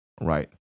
right